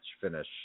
finish